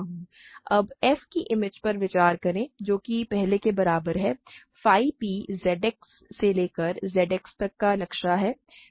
अब f की image पर विचार करें जो कि पहले के बराबर है phi p ZX से लेकर ZX तक का नक्शा है